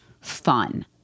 fun